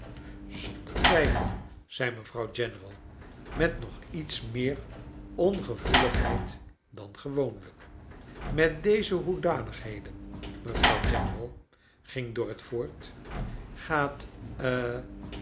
zonder twijfel zei mevrouw general met nog iets meer ongevoeligheid dan gewoonlijk met deze hoedanigheden mevrouw general ging dorrit voort gaat